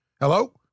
Hello